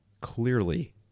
Clearly